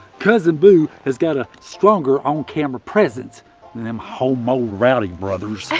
cousin boo has got a stronger on-camera presence than them homo rowdy brothers.